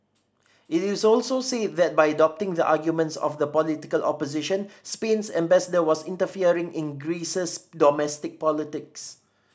it is also said that by adopting the arguments of the political opposition Spain's ambassador was interfering in Greece's domestic politics